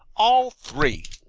all three.